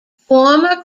former